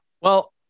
Well-